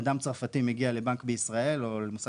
אדם צרפתי מגיע לבנק בישראל או למוסד